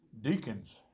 deacons